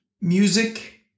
Music